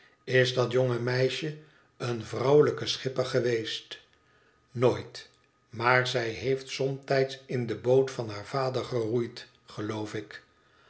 sis dat jonge meisje een vrouwelijke schipper geweestr nooit maar zij heeft somtijds in de boot van haar vader geroeid geloof ik